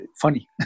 funny